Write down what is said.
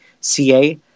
ca